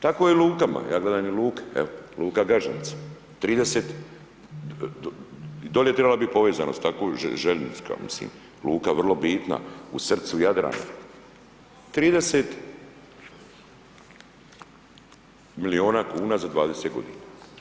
Tako je lukama, ja gledam i luke, luka Gažanica, 30 i dolje je trebala biti povezanost tako željeznička, mislim luka je vrlo bitna, u srcu Jadrana, 30 milijuna kuna za 20 godina.